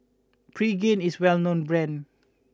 Pregain is well known brand